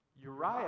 Uriah